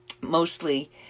mostly